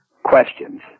questions